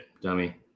dummy